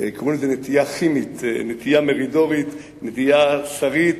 קראו לזה נטייה כימית, נטייה מרידורית, נטייה שרית